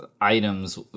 items